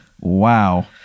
wow